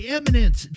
Eminence